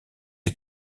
les